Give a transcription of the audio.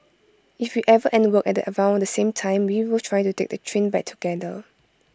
if we ever end work at around the same time we will try to take the train back together